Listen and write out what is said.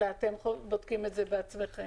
אלא אתם בודקים את זה בעצמכם.